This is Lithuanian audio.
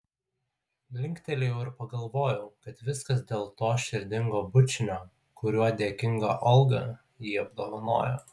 linktelėjau ir pagalvojau kad viskas dėl to širdingo bučinio kuriuo dėkinga olga jį apdovanojo